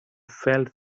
felt